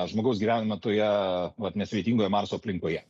žmogaus gyvenimą toje vat nesvetingoje marso aplinkoje